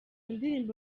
ndirimbo